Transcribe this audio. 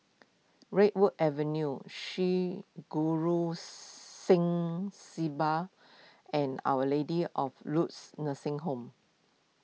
Redwood Avenue Sri Guru Singh Sabha and Our Lady of Lourdes Nursing Home